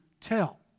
tell